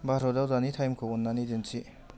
भारतआव दानि टाइमखौ अन्नानै दिन्थि